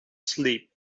sleep